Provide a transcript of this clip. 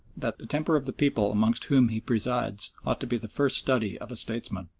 that the temper of the people amongst whom he presides ought to be the first study of a statesman.